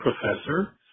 professor